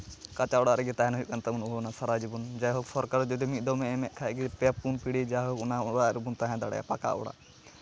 ᱠᱟᱸᱪᱟ ᱚᱲᱟᱜ ᱨᱮᱜᱮ ᱛᱟᱦᱮᱱ ᱦᱩᱭᱩᱜ ᱠᱟᱱ ᱛᱟᱵᱳᱱᱟ ᱥᱟᱨᱟ ᱡᱤᱵᱚᱱ ᱡᱟᱭᱦᱚᱠ ᱥᱚᱨᱠᱟᱨ ᱡᱚᱫᱤ ᱢᱤᱫ ᱫᱚᱢᱮ ᱮᱢ ᱮᱫ ᱠᱷᱟᱡ ᱜᱮ ᱯᱮ ᱯᱩᱱ ᱯᱤᱲᱦᱤ ᱡᱟᱭ ᱦᱳᱠ ᱚᱱᱟ ᱚᱲᱟᱜ ᱨᱮᱵᱚᱱ ᱛᱟᱦᱮᱸ ᱫᱟᱲᱮᱭᱟᱜᱼᱟ ᱯᱟᱠᱟ ᱚᱲᱟᱜ